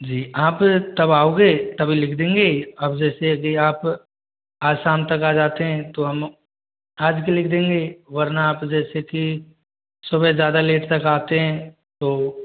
जी आप तब आओगे तभी लिख देंगे अब जैसे अभी आप आज शाम तक आ जाते हैं तो हम आज भी लिख देंगे वरना आप जैसे कि सुबह ज़्यादा लेट तक आते हैं तो